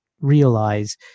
realize